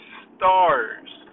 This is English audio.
stars